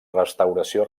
restauració